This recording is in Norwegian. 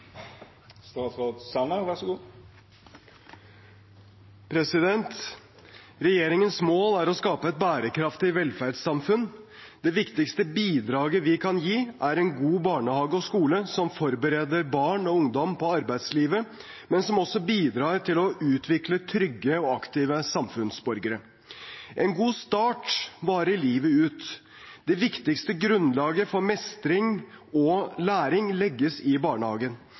en god barnehage og skole som forbereder barn og ungdom på arbeidslivet, men som også bidrar til å utvikle trygge og aktive samfunnsborgere. En god start varer livet ut. Det viktigste grunnlaget for mestring og læring legges i barnehagen.